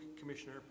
Commissioner